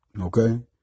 okay